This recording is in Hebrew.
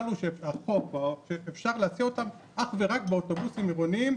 הוא שאפשר להסיע אותם אך ורק באוטובוסים עירוניים,